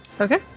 Okay